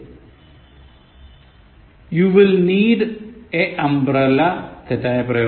You will need a umbrella തെറ്റായ പ്രയോഗം